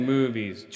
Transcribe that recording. Movies